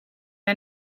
hij